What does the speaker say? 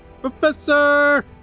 Professor